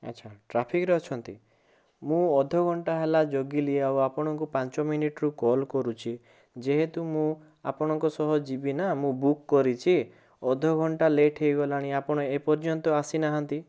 ଆଚ୍ଛା ଟ୍ରାଫିକ୍ରେ ଅଛନ୍ତି ମୁଁ ଅଧଘଣ୍ଟା ହେଲା ଜଗିଲି ଆଉ ଆପଣଙ୍କୁ ପାଞ୍ଚ ମିନିଟ୍ରୁ କଲ୍ କରୁଛି ଯେହେତୁ ମୁଁ ଆପଣଙ୍କ ସହ ଯିବି ନା ମୁଁ ବୁକ୍ କରିଛି ଅଧଘଣ୍ଟା ଲେଟ୍ ହେଇଗଲାଣି ଆପଣ ଏପର୍ଯ୍ୟନ୍ତ ଆସିନାହାନ୍ତି